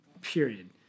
period